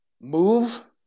move